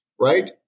right